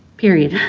period.